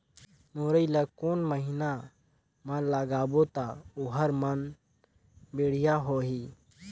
मुरई ला कोन महीना मा लगाबो ता ओहार मान बेडिया होही?